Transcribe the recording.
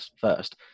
first